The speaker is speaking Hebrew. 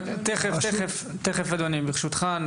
תכף אדוני, ברשותך.